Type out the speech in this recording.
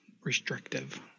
restrictive